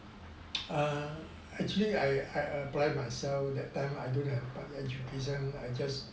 err actually I I apply myself that time I don't have education I just